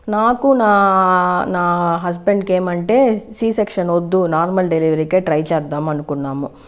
నాకు నా నా హస్బెండ్కి ఏమంటే సి సెక్షన్ వద్దు నార్మల్ డెలివరీకే ట్రై చేద్దాం అనుకున్నాము